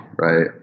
right